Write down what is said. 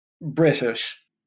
British